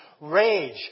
rage